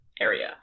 area